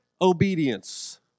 obedience